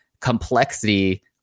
complexity